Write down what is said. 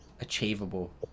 achievable